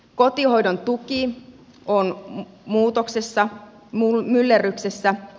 kotihoidon tuki on muutoksessa myllerryksessä